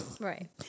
Right